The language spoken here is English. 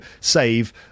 save